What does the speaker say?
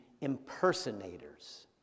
impersonators